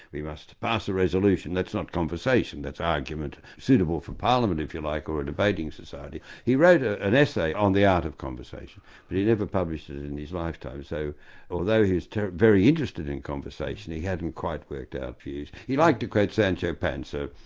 we must pass a resolution, that's not conversation, that's argument suitable for parliament if you like, or a debating society. he wrote ah an essay on the art of conversation but he never published it in in his lifetime, so although he was very interested in conversation he hadn't quite worked out views. he liked to quote sancho panza,